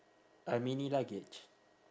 a mini luggage